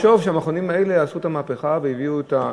שלא נחשוב שהמכונים האלה עשו את המהפכה והביאו את הגאולה.